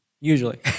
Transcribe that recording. Usually